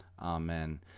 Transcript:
Amen